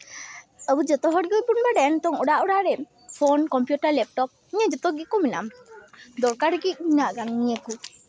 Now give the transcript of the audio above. ᱟᱵᱚ ᱡᱚᱛᱚ ᱦᱚᱲ ᱜᱮᱵᱚᱱ ᱵᱟᱲᱟᱭᱟ ᱱᱤᱛᱚᱜ ᱚᱲᱟᱜ ᱚᱲᱟᱜ ᱨᱮ ᱯᱷᱳᱱ ᱠᱚᱢᱯᱤᱭᱩᱴᱟᱨ ᱞᱮᱯᱴᱚᱯ ᱤᱧᱟᱹᱜ ᱡᱚᱛᱚ ᱜᱮᱠᱚ ᱢᱮᱱᱟᱜᱼᱟ ᱫᱚᱨᱠᱟᱨ ᱜᱮ ᱢᱮᱱᱟᱜᱼᱟ ᱱᱤᱭᱟᱹ ᱠᱚ